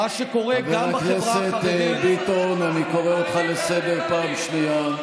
חבר הכנסת ביטון, אני קורא אותך לסדר פעם שנייה.